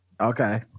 Okay